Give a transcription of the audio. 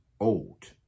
old